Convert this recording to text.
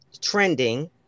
trending